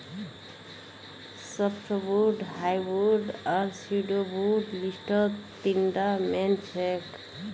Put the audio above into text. softwood hardwood आर pseudowood लिस्टत तीनटा मेन छेक